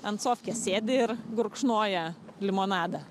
ant sofkės sėdi ir gurkšnoja limonadą